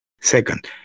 Second